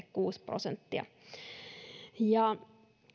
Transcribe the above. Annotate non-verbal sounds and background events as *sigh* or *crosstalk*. *unintelligible* kuusi prosenttia